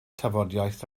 tafodiaith